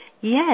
Yes